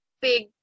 big